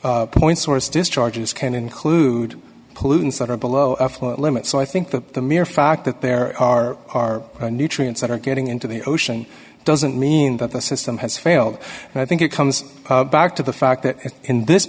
permits point source discharges can include pollutants that are below a limit so i think that the mere fact that there are are nutrients that are getting into the ocean doesn't mean that the system has failed and i think it comes back to the fact that in this